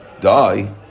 die